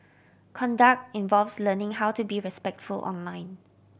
conduct involves learning how to be respectful online